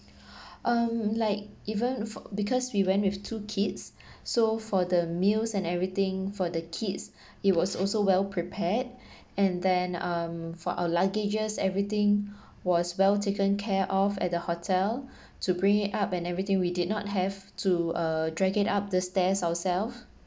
um like even for because we went with two kids so for the meals and everything for the kids it was also well prepared and then um for our luggages everything was well taken care of at the hotel to bring it up and everything we did not have to uh drag it up the stairs ourself